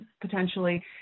potentially